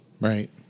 Right